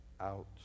out